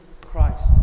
Christ